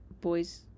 Boys